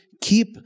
keep